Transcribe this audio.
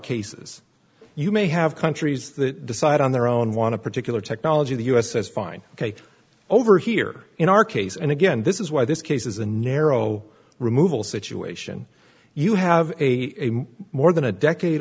cases you may have countries that side on their own want to particular technology the u s says fine ok over here in our case and again this is why this case is a narrow removal situation you have a more than a decade